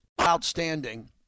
Outstanding